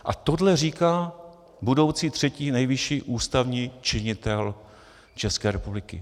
A tohle říká budoucí třetí nejvyšší ústavní činitel České republiky.